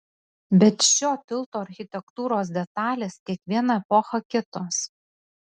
bet šio tilto architektūros detalės kiekvieną epochą kitos